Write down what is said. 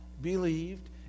believed